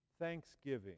Thanksgiving